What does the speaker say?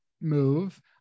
move